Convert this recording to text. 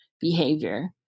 behavior